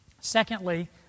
Secondly